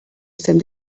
estem